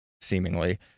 seemingly